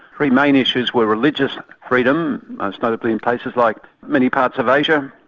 three main issues were religious freedom, most notably in places like many parts of asia,